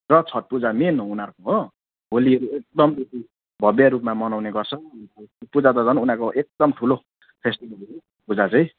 र छठपूजा मेन हो उनीहरूको हो होलीहरू एकदम भव्य रूपमा मनाउने गर्छ पूजा त झन् उनीहरूको एकदम ठुलो फेस्टिवल पूजा चाहिँ